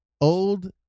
old